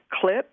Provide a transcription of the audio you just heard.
clip